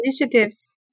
initiatives